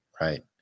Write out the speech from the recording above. Right